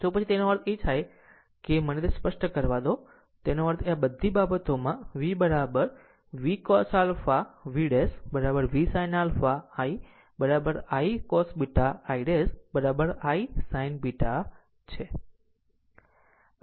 તો પછી તેનો અર્થ એ છે કે મને તે સ્પષ્ટ કરવા દો જેનો અર્થ છે આ બધી બાબતો V V V મૂડી V cos α V ' V sin α I I cos β I ' I sin β છે